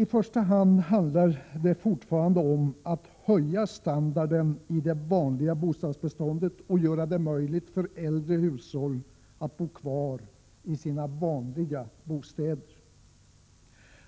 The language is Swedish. I första hand handlar det fortfarande om att höja standarden i det vanliga bostadsbeståndet och göra det möjligt för äldre att bo kvar i sina vanliga bostäder.